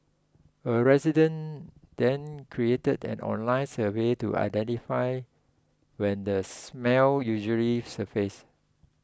a resident then created an online survey to identify when the smell usually surfaces